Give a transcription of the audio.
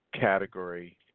category